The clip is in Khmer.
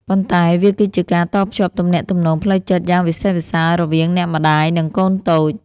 ប៉ុន្តែវាគឺជាការតភ្ជាប់ទំនាក់ទំនងផ្លូវចិត្តយ៉ាងវិសេសវិសាលរវាងអ្នកម្ដាយ និងកូនតូច។